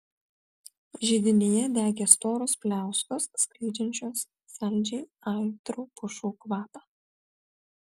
židinyje degė storos pliauskos skleidžiančios saldžiai aitrų pušų kvapą